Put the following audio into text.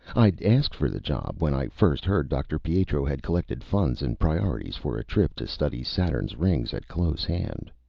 i'd asked for the job when i first heard dr. pietro had collected funds and priorities for a trip to study saturn's rings at close hand.